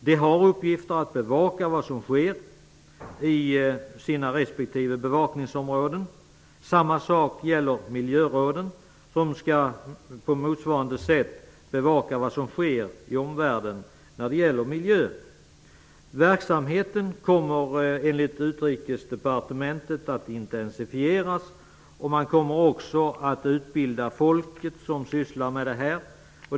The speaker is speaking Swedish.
De har till uppgift att bevaka vad som sker i sina respektive bevakningsområden. Samma sak gäller miljöråden, som på motsvarande sätt skall bevaka vad som sker i omvärlden när det gäller miljön. Utrikesdepartementet att intensifieras och man kommer också att utbilda de människor som sysslar med detta.